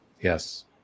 Yes